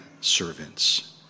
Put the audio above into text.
servants